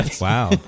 wow